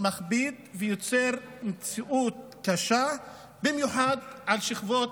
מכביד ויוצר מציאות קשה, במיוחד לשכבות